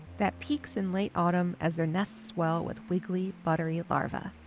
that peaks in late autumn as their nests swell with wiggly, buttery larvae